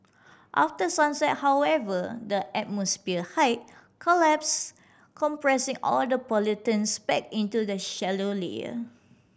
after sunset however the atmosphere height collapses compressing all the pollutants back into a shallow layer